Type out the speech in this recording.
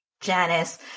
Janice